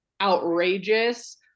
outrageous